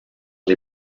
les